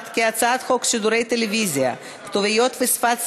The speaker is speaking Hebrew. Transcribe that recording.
הצעת חוק שידורי טלוויזיה (כתוביות ושפת סימנים)